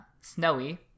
snowy